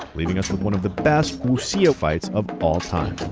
leaving us with one of the best wuxia fights of all time.